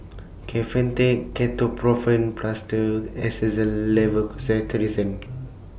Kefentech Ketoprofen Plaster Xyzal Levocetirizine